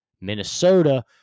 Minnesota